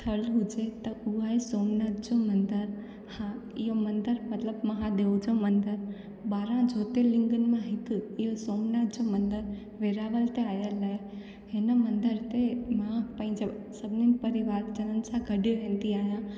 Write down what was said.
स्थल हुजे त उहा आहे सोमनाथ जो मंदरु हा इहो मंदर मतलबु महादेव जो मंदर ॿारहां ज्योर्तिलिंग मां हिकु इहो सोमनाथ जो मंदरु वेरावल ते आयल आहे हिन मंदर ते मां पंहिंजो सभिनिनि परिवार ॼणनि सां गॾु रहंदी आहियां